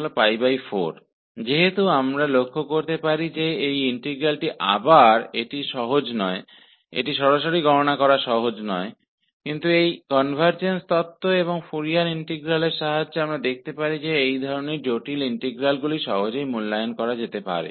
इसलिए जैसा कि एक बार फिर सेहम देख सकते हैं कि यह इंटीग्रल आसान नहीं है इसका मान सीधे ज्ञात करना आसान नहीं है लेकिन इस कन्वर्जेन्स थ्योरम और फोरियर इंटीग्रल की मदद से हम देख सकते हैं कि ऐसे जटिल इंटीग्रल का मान आसानी से ज्ञात किया जा सकता है और